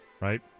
right